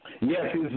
Yes